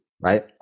right